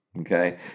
Okay